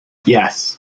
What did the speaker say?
yes